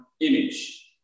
image